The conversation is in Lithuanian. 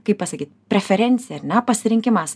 kaip pasakyt preferencija ar ne pasirinkimas